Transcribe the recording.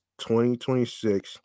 2026